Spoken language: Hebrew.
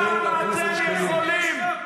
חבר הכנסת שקלים.